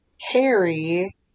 Harry